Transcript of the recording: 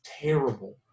terrible